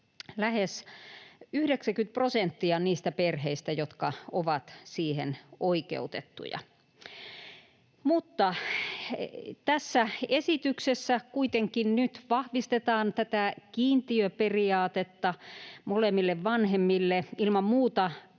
lähes 90 prosenttia niistä perheistä, jotka ovat siihen oikeutettuja. Tässä esityksessä kuitenkin nyt vahvistetaan tätä kiintiöperiaatetta molemmille vanhemmille. Ilman muuta kannatan